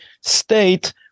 state